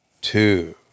two